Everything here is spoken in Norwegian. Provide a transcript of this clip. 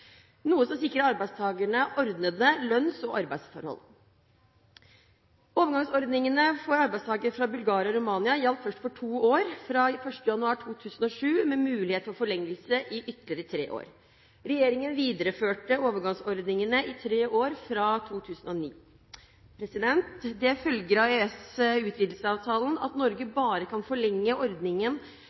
noe som sikrer arbeidstakerne ordnede lønns- og arbeidsforhold. Overgangsordningene for arbeidstakere fra Bulgaria og Romania gjaldt først for to år, fra 1. januar 2007, med mulighet for forlengelse i ytterligere tre år. Regjeringen videreførte overgangsordningene i tre år fra 2009. Det følger av EØS-utvidelsesavtalen at Norge bare kan forlenge